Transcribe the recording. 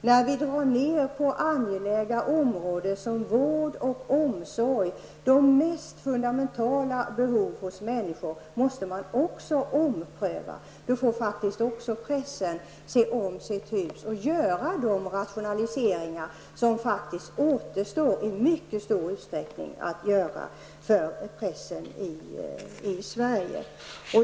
När vi drar ned på angelägna områden som vård och omsorg, de mest fundamentala behoven hos människor, får faktiskt också pressen se om sitt hus och göra de rationaliseringar som i mycket stor utsträckning återstår att göra.